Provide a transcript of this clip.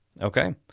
Okay